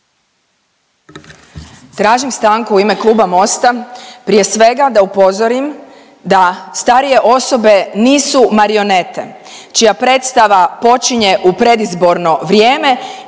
Tražim stanku u ime kluba Mosta, prije svega da upozorim da starije osobe nisu marionete čija predstava počinje u predizborno vrijeme